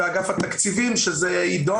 חברינו, באגף התקציבים שזה יידון.